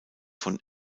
von